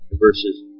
verses